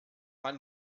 mann